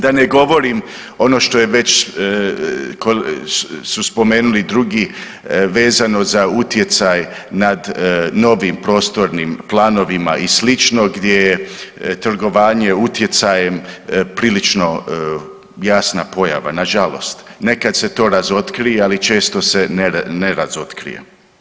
Da ne govorim ono što je već, što su spomenuli drugi vezano za utjecaj nad novim prostornim planovima i slično gdje je trgovanje utjecajem prilično jasna pojava nažalost, nekad se to razotkrije, ali često se ne razotkrije.